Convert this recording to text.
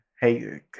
hey